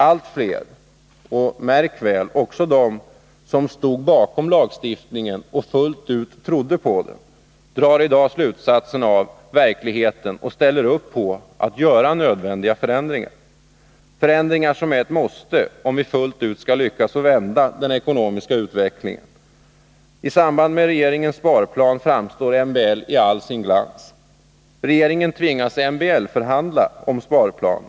Allt fler, märk väl också bland dem stod bakom lagstiftningen och fullt ut trodde på den, drar i dag slutsatser av verkligheten och ställer upp på att göra förändringar — förändringar som är ett måste, om vi fullt ut skall lyckas vända den ekonomiska utvecklingen. I samband med regeringens sparplan framstår MBL i all sin glans. Regeringen tvingas att MBL-förhandla om sparplanen.